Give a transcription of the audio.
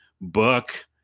book